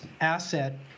asset